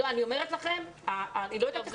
אני אומרת לכם שאני לא יודעת איך זה יהיה.